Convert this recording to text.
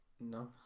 No